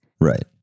Right